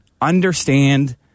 understand